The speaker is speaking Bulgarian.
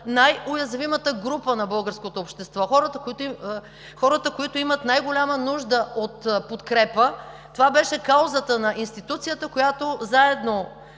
най-уязвимата група на българското общество, хората, които имат най-голяма нужда от подкрепа. Това беше каузата на институцията, която заедно